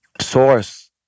source